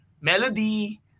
melody